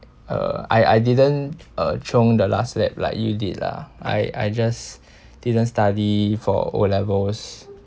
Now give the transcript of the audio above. uh I I didn't uh chiong the last lap like you lah I I just didn't study for O levels